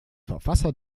verfasser